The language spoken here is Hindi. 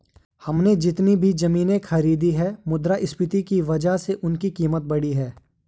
हमने जितनी भी जमीनें खरीदी हैं मुद्रास्फीति की वजह से उनकी कीमत बढ़ी है